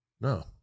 No